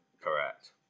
Correct